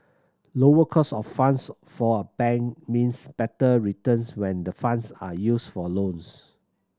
lower cost of funds for a bank means better returns when the funds are used for loans